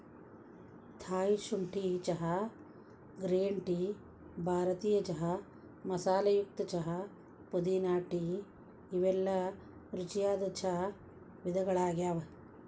Thai ಶುಂಠಿ ಚಹಾ, green tea, ಭಾರತೇಯ ಚಾಯ್ ಮಸಾಲೆಯುಕ್ತ ಚಹಾ, ಪುದೇನಾ ಟೇ ಇವೆಲ್ಲ ರುಚಿಯಾದ ಚಾ ವಿಧಗಳಗ್ಯಾವ